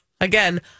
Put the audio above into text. Again